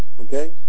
Okay